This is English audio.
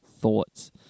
thoughts